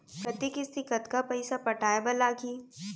प्रति किस्ती कतका पइसा पटाये बर लागही?